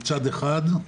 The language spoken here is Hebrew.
מצד אחד,